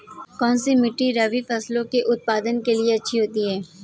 कौनसी मिट्टी रबी फसलों के उत्पादन के लिए अच्छी होती है?